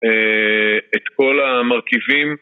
את כל המרכיבים